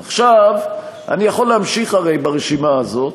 עכשיו, אני יכול להמשיך הרי ברשימה הזאת,